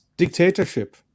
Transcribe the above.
dictatorship